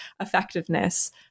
effectiveness